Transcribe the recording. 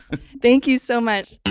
thank you so much.